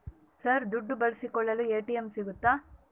Sir ದುಡ್ಡು ಬಿಡಿಸಿಕೊಳ್ಳಲು ATM ಸಿಗುತ್ತಾ?